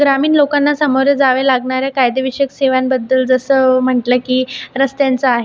ग्रामीण लोकांना सामोरे जावे लागणाऱ्या कायदेविषयक सेवांबद्दल जसं म्हटलं की रस्त्यांचं आहे